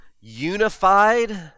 unified